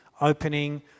opening